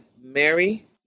Mary